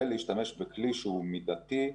ולהשתמש בכלי מידתי,